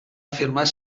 afirmat